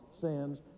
sins